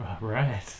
Right